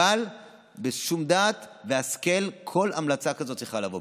אבל בשום דעת והשכל כל המלצה כזאת צריכה לבוא,